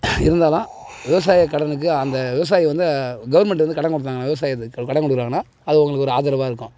இருந்தாலும் விவசாயக்கடனுக்கு அந்த விவசாயி வந்து கவர்மெண்ட் வந்து கடன் கொடுக்குறாங்க விவசாயத்துக்கு கடன் கொடுக்குறாங்கன்னா அது அவங்களுக்கு ஒரு ஆதரவாக இருக்கும்